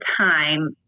time